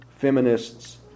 Feminists